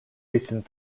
recent